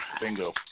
Bingo